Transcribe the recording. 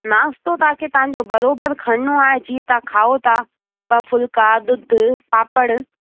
नाश्तो तव्हांखे तव्हांजो बराबरि खणिणो आहे जीअं तव्हां खाओ था ॿ फुल्का ॾुध पापड़